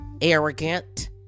arrogant